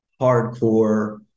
hardcore